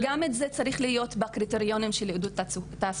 וגם זה צריך להיות בקריטריונים של עידוד תעסוקה.